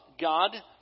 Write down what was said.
God